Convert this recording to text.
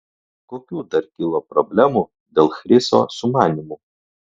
kokių dar kilo problemų dėl chriso sumanymų